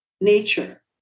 nature